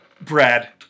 Brad